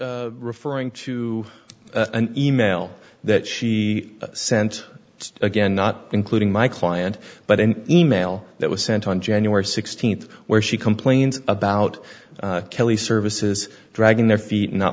referring to an e mail that she sent again not including my client but an e mail that was sent on january sixteenth where she complains about kelly services dragging their feet and not